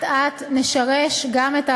רבותי,